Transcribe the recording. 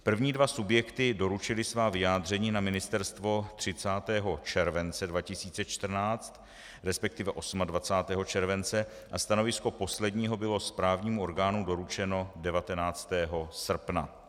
První dva subjekty doručily svá vyjádření na ministerstvo 30. července 2014, respektive 28. července, a stanovisko posledního bylo správnímu orgánu doručeno 19. srpna.